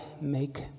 make